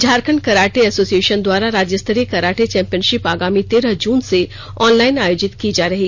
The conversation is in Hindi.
झारखंड कराटे एसोसिएशन द्वारा राज्यस्तरीय कराटे चैंपियनशिप आगामी तेरह जून से ऑनलाइन आयोजित की जा जाएगी